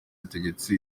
yategetse